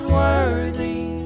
worthy